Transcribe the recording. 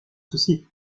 ceci